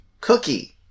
cookie